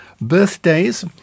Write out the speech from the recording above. Birthdays